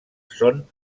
són